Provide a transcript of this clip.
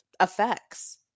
effects